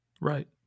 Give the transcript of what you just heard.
Right